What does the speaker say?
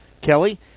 Kelly